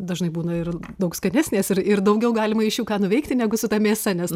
dažnai būna ir daug skanesnės ir ir daugiau galima iš jų ką nuveikti negu su ta mėsa nes